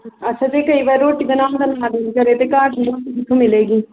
ਅੱਛਾ ਅਤੇ ਕਈ ਵਾਰ ਰੋਟੀ ਬਣਾਉਣ ਦਾ ਮੰਨ ਨਾ ਕਰੇ ਤਾਂ ਘਰ ਦੀ ਰੋਟੀ ਕਿੱਥੋਂ ਮਿਲੇਗੀ